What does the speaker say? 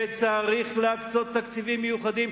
וצריך להקצות תקציבים מיוחדים,